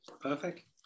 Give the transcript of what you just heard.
Perfect